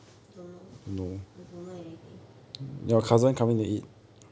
don't know I don't know anything